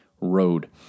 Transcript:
road